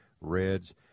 reds